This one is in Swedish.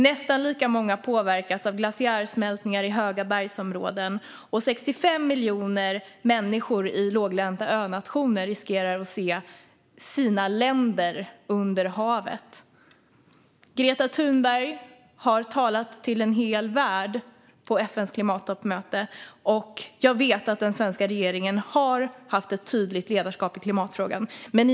Nästan lika många påverkas av glaciärsmältningar i höga bergsområden, och 65 miljoner människor i låglänta önationer riskerar att se sina länder under havet. Greta Thunberg har talat till en hel värld på FN:s klimattoppmöte. Jag vet att den svenska regeringen har haft ett tydligt ledarskap i klimatfrågan.